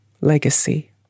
legacy